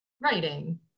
writing